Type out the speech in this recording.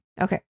Okay